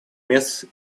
мест